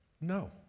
No